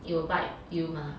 it will bite you mah